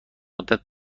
مدت